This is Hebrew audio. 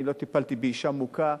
אני לא טיפלתי באשה מוכה,